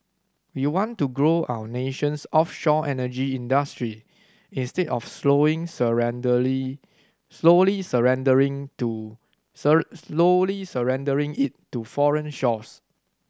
we want to grow our nation's offshore energy industry instead of slowing slowly surrendering to slowly surrendering it to foreign shores